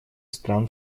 стран